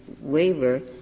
waiver